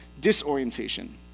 disorientation